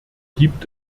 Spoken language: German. gibt